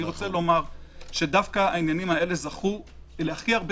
דווקא העניינים האלה זכו להכי הרבה